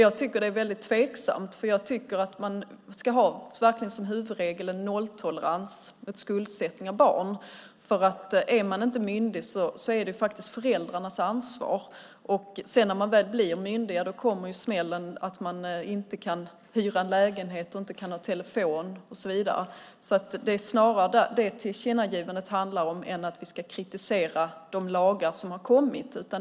Jag tycker att det är väldigt tveksamt, för jag tycker verkligen att man som huvudregel ska ha en nolltolerans mot skuldsättning av barn. Är man inte myndig är det faktiskt föräldrarnas ansvar. När man sedan väl blir myndig kommer ju smällen, att man inte kan hyra en lägenhet och inte kan ha telefon och så vidare. Tillkännagivandet handlar snarare om det än om att vi ska kritisera de lagar som har kommit.